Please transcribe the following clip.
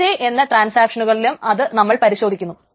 Tj എന്ന എല്ലാ ട്രാൻസാക്ഷനുകളിലും അത് നമ്മൾ പരിശോധിക്കുന്നു